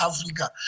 Africa